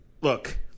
look